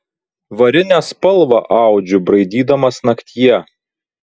varinę spalvą audžiu braidydamas naktyje